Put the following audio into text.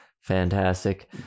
fantastic